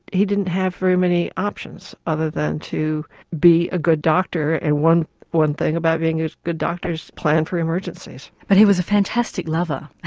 he didn't have very many options other than to be a good doctor and one one thing about being a good doctor is plan for emergencies. but he was a fantastic lover?